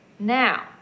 Now